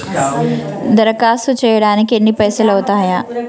దరఖాస్తు చేయడానికి ఎన్ని పైసలు అవుతయీ?